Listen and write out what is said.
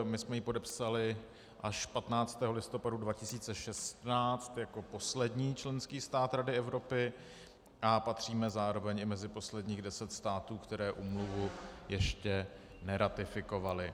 My jsme ji podepsali až 15. listopadu 2016 jako poslední členský stát Rady Evropy a patříme zároveň i mezi posledních deset států, které úmluvu ještě neratifikovaly.